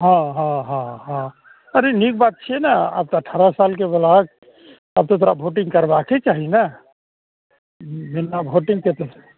हँ हँ हँ हँ अरे नीक बात छियै ने आब तऽ अठारह सालके भेलह आब तऽ तोरा वोटिंग करबाके चाही ने बिना वोटिंगके तऽ